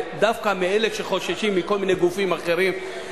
ודווקא מאלה שחוששים מכל מיני גופים אחרים,